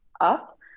up